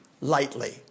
lightly